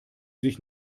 sich